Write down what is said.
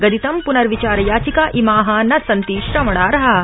गदितं प्नर्विचार याचिका इमा न सन्ति श्रवणाहा